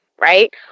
right